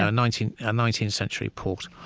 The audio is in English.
ah and nineteenth and nineteenth century port.